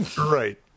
right